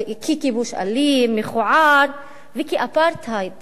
הכיבוש ועד היום